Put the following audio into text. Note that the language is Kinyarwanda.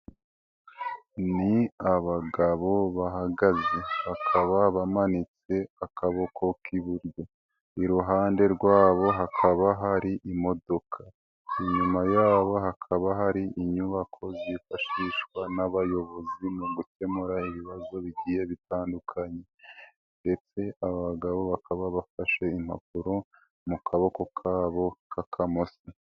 Ni abagabo bahagaze, bakaba bamanitse akaboko k'iburyo, iruhande rwabo hakaba hari imodoka, inyuma yabo hakaba hari inyubako zifashishwa n'abayobozi mu gukemura ibibazo bigiye bitandukanye ndetse aba bagabo bakaba bafashe impapuro mu kaboko kabo k'akamoso.